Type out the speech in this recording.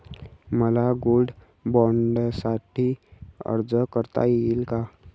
मला गोल्ड बाँडसाठी अर्ज करता येईल का?